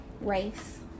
race